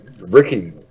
Ricky